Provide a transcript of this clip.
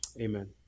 Amen